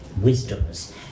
wisdoms